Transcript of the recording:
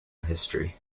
history